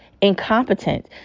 incompetent